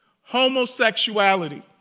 homosexuality